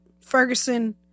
Ferguson